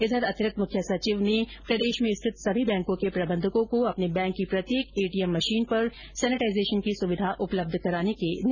इधर अतिरिक्त मुख्य सचिव ने प्रदेश में स्थित सभी बैंकों के प्रबंधकों को अपने बैंक की प्रत्येक एटीएम मशीन पर सैनिटाइजेशन की सुविधा उपलब्ध कराने के निर्देश दिए है